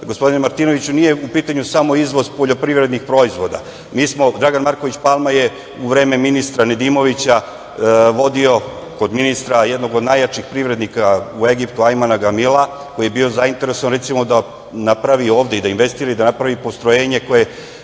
gospodine Martinoviću nije u pitanju samo izvoz poljoprivrednih proizvoda, mi smo Dragan Marković Palma, je u vreme ministra Nedimovića, vodio kod ministra jednog od najjačih privrednika u Egiptu Ajmana Gamila, koji je bio zainteresovan, recimo da, napravi ovde, investira i da napravi postrojenje koje